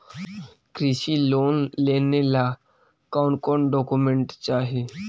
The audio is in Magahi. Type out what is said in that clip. कृषि लोन लेने ला कोन कोन डोकोमेंट चाही?